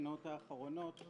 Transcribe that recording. ובעיקר על שתי הבחינות האחרונות,